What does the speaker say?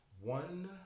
One